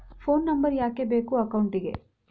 Phone number ಯಾಕೆ ಬೇಕು ಅಕೌಂಟಿಗೆ?